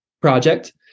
project